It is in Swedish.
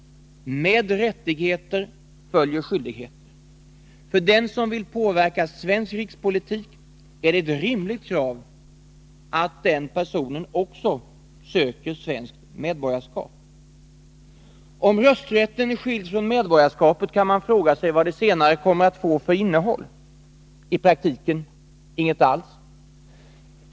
Med rättigheter följer skyldigheter. För den som vill påverka svensk rikspolitik är det ett rimligt krav att den personen också söker svenskt medborgarskap. Om rösträtten är skild från medborgarskapet kan man fråga sig vad det senare kommer att få för innehåll. I praktiken inget alls!